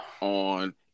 on